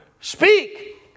Speak